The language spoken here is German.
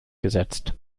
gesetzt